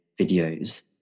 videos